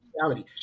reality